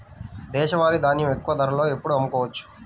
దేశవాలి ధాన్యం ఎక్కువ ధరలో ఎప్పుడు అమ్ముకోవచ్చు?